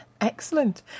Excellent